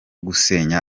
gusenya